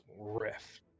rift